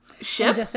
ship